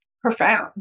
profound